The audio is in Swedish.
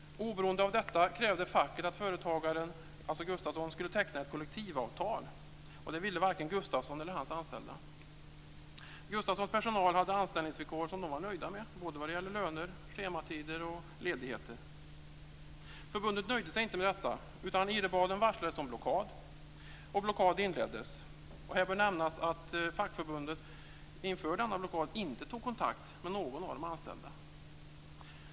Oberoende av detta krävde facket att företagaren, alltså Gustafsson, skulle teckna ett kollektivavtal. Det ville varken Gustafsson eller hans anställda. Gustafssons personal hade anställningsvillkor som de var nöjda med, såväl vad gällde lönen som schematider och ledigheter. Förbundet nöjde sig inte med detta, utan Ihrebaden varslades om blockad, och blockad inleddes. Här bör nämnas att fackförbundet inför denna blockad inte tog kontakt med någon av de anställda.